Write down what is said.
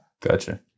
Gotcha